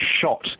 shot